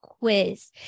quiz